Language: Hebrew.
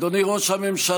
אדוני ראש הממשלה,